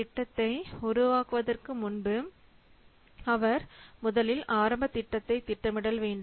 திட்டத்தை உருவாக்குவதற்கு முன்பு அவர் முதலில் ஆரம்ப திட்டத்தை திட்டமிடல் வேண்டும்